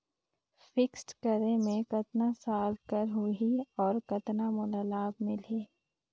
Fixed करे मे कतना साल कर हो ही और कतना मोला लाभ मिल ही?